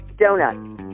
Donut